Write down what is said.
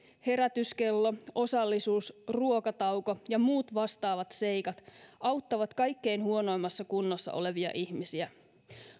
herätyskello osallisuus ruokatauko ja muut vastaavat seikat auttavat kaikkein huonoimmassa kunnossa olevia ihmisiä